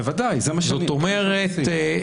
זאת אומרת,